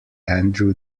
andrew